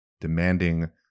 demanding